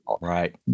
Right